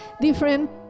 different